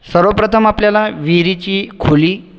सर्वप्रथम आपल्याला विहिरीची खोली